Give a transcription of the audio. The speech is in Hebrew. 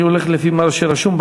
אני הולך לפי מה שרשום.